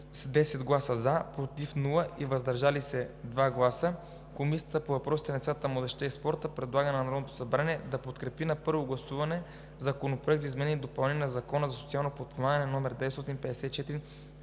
10 гласа „за“, без „против“ и „въздържал се“ 2, Комисията по въпросите на децата, младежта и спорта предлага на Народното събрание да подкрепи на първо гласуване Законопроект за изменение и допълнение на Закона за социалното подпомагане, №